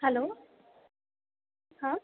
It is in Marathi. हॅलो हां